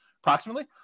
Approximately